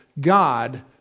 God